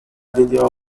video